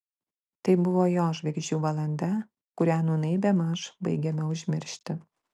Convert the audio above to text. tai buvo jo žvaigždžių valanda kurią nūnai bemaž baigiame užmiršti